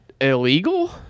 illegal